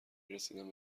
رسیدن